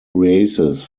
races